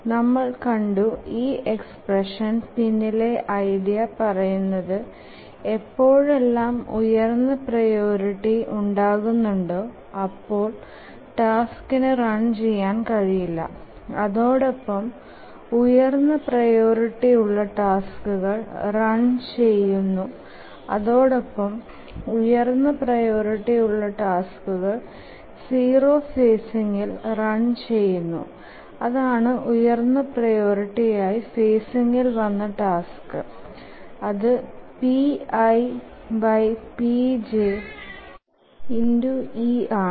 നമ്മൾ കണ്ടു ഈ എക്സ്പ്രഷ്ൻ പിന്നിലെ ഐഡിയ പറയുന്നത് എപ്പോഴെലാം ഉയർന്ന പ്രിയോറിറ്റി ഉണ്ടാകുന്നുണ്ടോ അപ്പോൾ ടാസ്കിനു റൺ ചെയാൻ കഴിയില്ല അതോടൊപ്പം ഉയർന്ന പ്രിയോറിറ്റി ഉള്ള ടാസ്കുകൾ റൺ ചെയ്യന്നു അതോടൊപ്പം ഉയർന്ന പ്രിയോറിറ്റി ഉള്ള ടാസ്കുകൾ 0 ഫേസിങ്ഇൽ റൺ ചെയുന്നു അതാണ് ഉയർന്ന പ്രിയോറിറ്റി ആയി ഫേസ്ഇൽ വന്ന ടാസ്ക് അതു ⌈pipj⌉∗e ആണ്